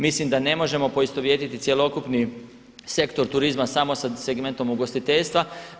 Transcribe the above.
Mislim da ne možemo poistovjetiti cjelokupni sektor turizma samo sa segmentom ugostiteljstva.